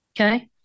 Okay